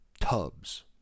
tubs